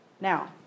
Now